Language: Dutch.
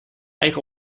eigen